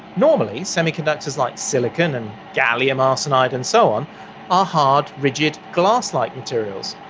normally semiconductors like silicon and gallium arsenide and so on are hard, rigid glass-like materials.